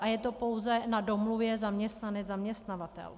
A je to pouze na domluvě zaměstnaneczaměstnavatel.